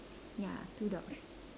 ya two dogs